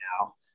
now